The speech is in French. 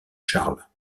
charles